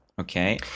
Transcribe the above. Okay